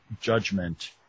judgment